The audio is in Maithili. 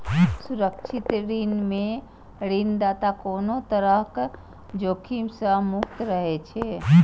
सुरक्षित ऋण मे ऋणदाता कोनो तरहक जोखिम सं मुक्त रहै छै